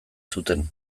zuten